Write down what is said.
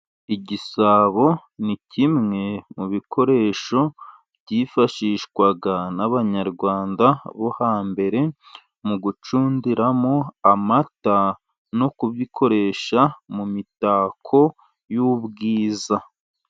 Igisabo ni kimwe mu bikoresho byifashishwaga n'Abanyarwanda bo hambere mu gucundiramo amata no kubikoresha mu mitako y'ubwiza.